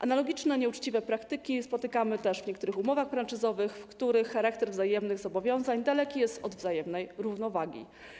Analogiczne nieuczciwe praktyki spotykamy też w niektórych umowach franczyzowych, w których charakter wzajemnych zobowiązań daleki jest od wzajemnej równowagi.